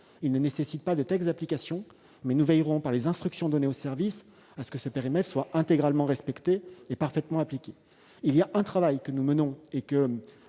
Il ne nécessite donc aucun texte d'application, mais nous veillerons, par les instructions données aux services, à ce que ce périmètre soit intégralement respecté et parfaitement appliqué. Le ministère de la transition